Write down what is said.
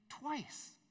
twice